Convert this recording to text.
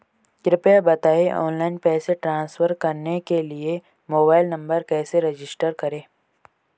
कृपया बताएं ऑनलाइन पैसे ट्रांसफर करने के लिए मोबाइल नंबर कैसे रजिस्टर करें?